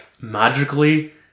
magically